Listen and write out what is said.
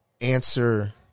answer